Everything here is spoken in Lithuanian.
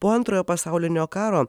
po antrojo pasaulinio karo